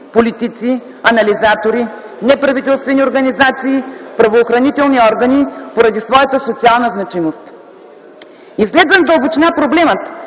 политици, анализатори, неправителствени организации, правоохранителни органи, поради своята социална значимост. Изследван в дълбочина проблемът,